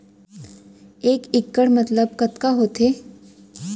एक इक्कड़ मतलब कतका होथे?